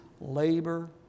labor